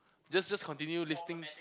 just just continue listing